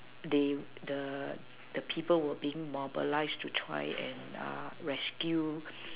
they the the people were being mobilized to try and rescue